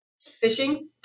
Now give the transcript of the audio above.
fishing